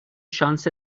شانس